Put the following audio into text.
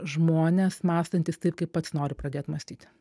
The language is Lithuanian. žmonės mąstantys taip kaip pats nori pradėt mąstyti